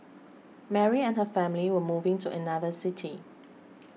Mary and her family were moving to another city